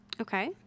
Okay